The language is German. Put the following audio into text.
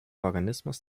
organismus